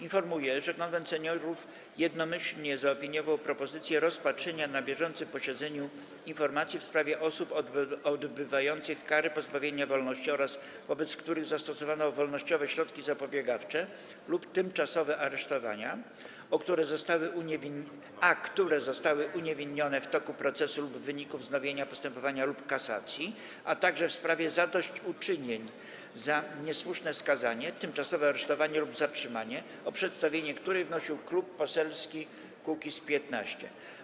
Informuję, że Konwent Seniorów jednomyślnie zaopiniował propozycję rozpatrzenia na bieżącym posiedzeniu informacji w sprawie osób odbywających kary pozbawienia wolności oraz wobec których zastosowano wolnościowe środki zapobiegawcze lub tymczasowe aresztowania, a które zostały uniewinnione w toku procesu lub w wyniku wznowienia postępowania lub kasacji, a także w sprawie zadośćuczynień za niesłuszne skazanie, tymczasowe aresztowanie lub zatrzymanie, o której przedstawienie wnosił Klub Poselski Kukiz’15.